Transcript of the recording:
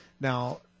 Now